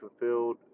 fulfilled